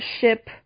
ship